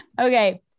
Okay